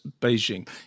Beijing